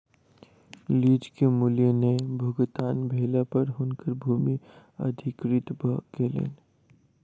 lease के मूल्य नै भुगतान भेला पर हुनकर भूमि अधिकृत भ गेलैन